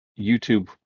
YouTube